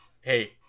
hey